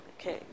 Okay